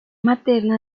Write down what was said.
materna